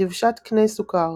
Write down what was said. דבשת קנה סוכר